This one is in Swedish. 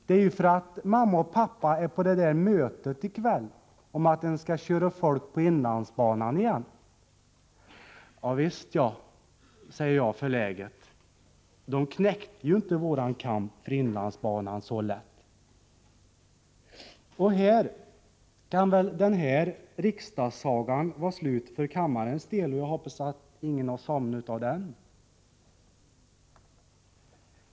Det är ju för att mamma och pappa är på det där mötet i kväll om att man skall köra folk på inlandsbanan igen. — Javisst ja, säger jag förläget, de knäckte ju inte vår kamp för inlandsbanan så lätt. Här kan väl denna riksdagssaga vara slut för kammarens del, och jag hoppas att ingen har somnat av den.